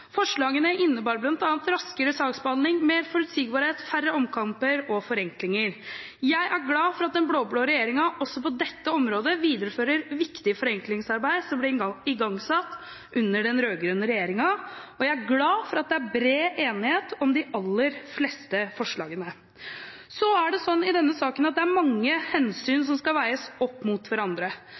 Forslagene innebar bl.a. raskere saksbehandling, mer forutsigbarhet, forenklinger og færre omkamper. Jeg er glad for at den blå-blå regjeringen også på dette området viderefører et viktig forenklingsarbeid som ble igangsatt under den rød-grønne regjeringen. Jeg er glad for at det er bred enighet om de aller fleste forslagene. I denne saken er det mange hensyn som skal veies opp mot hverandre.